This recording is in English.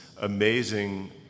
amazing